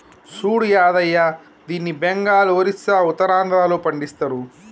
సూడు యాదయ్య దీన్ని బెంగాల్, ఒరిస్సా, ఉత్తరాంధ్రలో పండిస్తరు